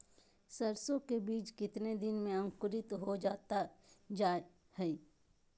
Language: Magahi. सरसो के बीज कितने दिन में अंकुरीत हो जा हाय?